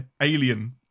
Alien